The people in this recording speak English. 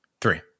Three